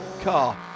car